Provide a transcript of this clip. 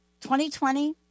2020